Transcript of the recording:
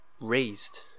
raised